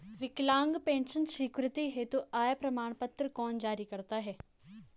विकलांग पेंशन स्वीकृति हेतु आय प्रमाण पत्र कौन जारी करता है?